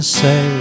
say